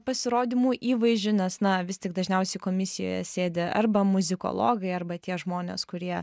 pasirodymų įvaizdžio nes na vis tik dažniausiai komisijoje sėdi arba muzikologai arba tie žmonės kurie